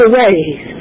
ways